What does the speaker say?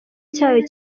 cyayo